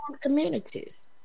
communities